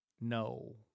No